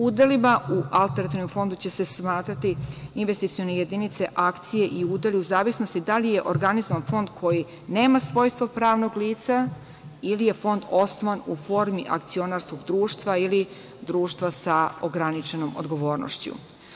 Udelima u alternativnom fondu će se smatrati investicione jedinice, akcije i udeli u zavisnosti da li je organizovan fond koji nema svojstvo pranog lica ili je fond osnovan u formi akcionarskog društva ili društva sa ograničenom odgovornošću.